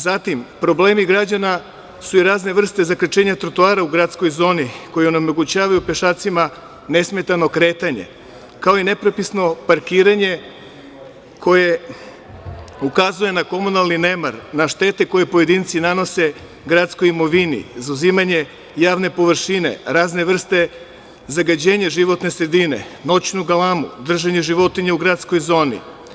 Zatim, problemi građana su i razne vrste zakrčenje trotoara u gradskoj zoni koji onemogućavaju pešacima nesmetano kretanje, kao i nepropisno parkiranje koje ukazuje na komunalni nemar, na štete koje pojedinci nanose gradskoj imovini, zauzimanje javne površine, razne vrste zagađenja životne sredine, noćnu galamu, držanje životinja u gradskoj zoni.